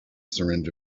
syringe